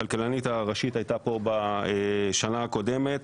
הכלכלנית הראשית הייתה פה בשנה הקודמת.